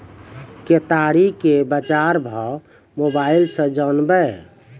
केताड़ी के बाजार भाव मोबाइल से जानवे?